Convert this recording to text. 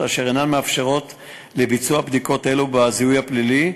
אשר אינן מאפשרות ביצוע בדיקות אלו בזיהוי הפלילי,